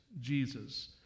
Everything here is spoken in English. Jesus